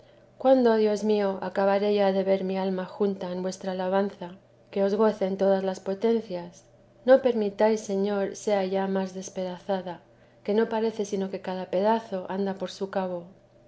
cuándo dios mío acabaré ya de ver mi alma junta en vuestra alabanza que os gocen todas las potencias no permitáis señor sea ya más despedazada que no parece sino que cada pedazo anda por su cabo